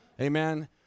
Amen